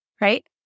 right